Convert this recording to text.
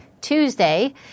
Tuesday